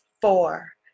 four